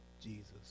jesus